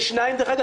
יש שניים, דרך אגב.